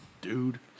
dude